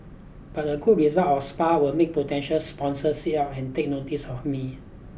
but a good result are Spa will make potential sponsors sit up and take notice of me